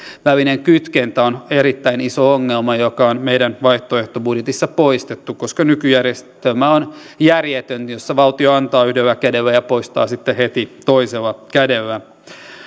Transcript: välinen kytkentä on erittäin iso ongelma joka on meidän vaihtoehtobudjetissamme poistettu koska nykyjärjestelmä on järjetön jossa valtio antaa yhdellä kädellä ja poistaa sitten heti toisella kädellä